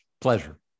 pleasure